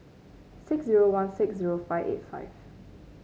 six zero one six zero five eight five